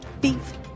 Beef